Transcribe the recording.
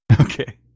Okay